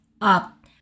up